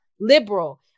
liberal